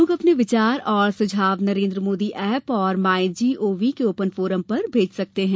लोग अपने विचार और सुझाव नरेन्द्र मोदी एप और माय जीओवी ओपन फोरम पर भेज सकते हैं